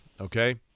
Okay